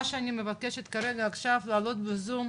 מה שאני מבקשת כרגע עכשיו להעלות בזום,